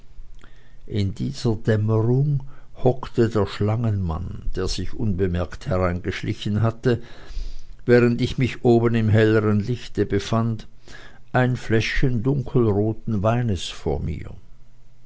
in dieser dämmerung hockte der schlangenmann der sich unbemerkt hereingeschlichen hatte während ich mich oben im hellern lichte befand ein fläschchen dunkelroten weines vor mir